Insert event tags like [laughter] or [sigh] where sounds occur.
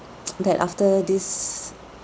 [noise] that after this